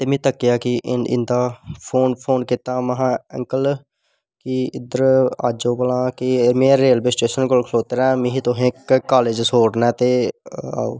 त में तक्केआ की इंदा फोन फान कीता महां अंकल इध्दर आ जो भला में रेलवे स्टेशन कोल खड़ोते दा मिगी तुसें कालेज़ छोड़ना ते आओ